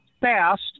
fast